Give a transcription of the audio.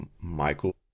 Michael